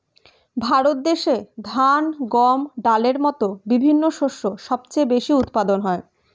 ভারত দেশে ধান, গম, ডালের মতো বিভিন্ন শস্য সবচেয়ে বেশি উৎপাদন হয়